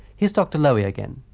here's dr lowe yeah again.